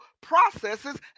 processes